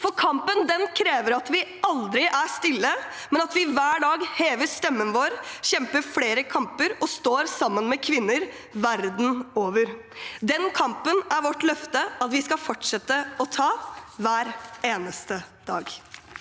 den kampen krever at vi aldri er stille, men at vi hver dag hever stemmen vår, kjemper flere kamper og står sammen med kvinner verden over. Den kampen er det vårt løfte at vi skal fortsette å ta hver eneste dag.